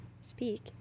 speak